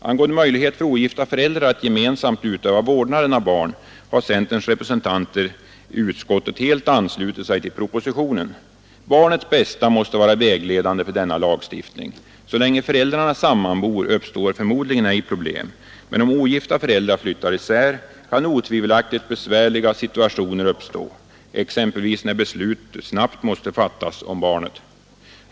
Angående möjlighet för ogifta föräldrar att gemensamt utöva vårdnaden av barn har centerns representanter i utskottet helt anslutit sig till propositionen. Barnets bästa måste vara vägledande för denna lagstiftning. Så länge föräldrarna sammanbor uppstår förmodligen ej problem, men om ogifta föräldrar flyttar isär kan otvivelaktigt besvärliga situationer uppstå exempelvis när beslut snabbt måste fattas om barnet.